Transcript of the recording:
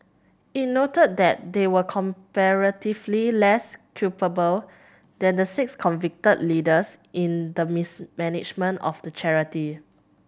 it noted that they were comparatively less culpable than the six convicted leaders in the mismanagement of the charity